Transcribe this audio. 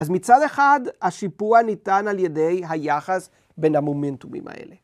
אז מצד אחד השיפוע ניתן על ידי היחס בין המומנטומים האלה.